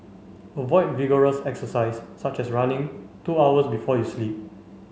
avoid vigorous exercise such as running two hours before you sleep